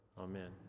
Amen